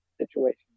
situation